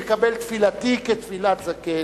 אומרים: וקבל תפילתי כתפילת זקן.